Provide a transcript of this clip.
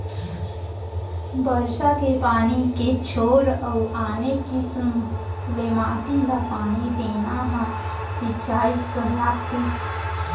बरसा के पानी के छोर अउ आने किसम ले माटी ल पानी देना ह सिंचई कहलाथे